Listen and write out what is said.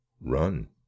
Run